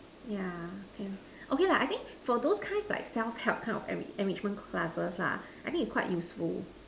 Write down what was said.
yeah can okay lah I think for those kinds like self help kind of every enrichment classes lah I think is quite useful